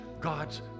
God's